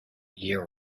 year